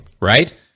right